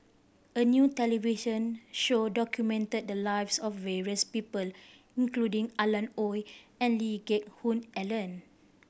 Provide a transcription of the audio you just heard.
a new television show documented the lives of various people including Alan Oei and Lee Geck Hoon Ellen